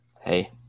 Hey